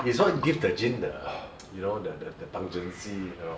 it's what give the gin the you know the the the pungency you know